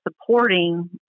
supporting